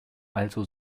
also